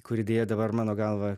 kuri deja dabar mano galva